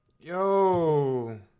Yo